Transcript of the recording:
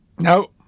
No